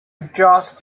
adjust